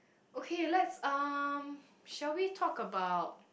okay let's um shall we talk about